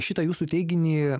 šitą jūsų teiginį